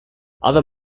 other